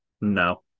No